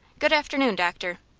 good afternoon, doctor.